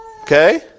Okay